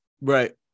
Right